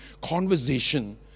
Conversation